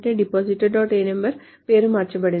ano పేరు మార్చబడింది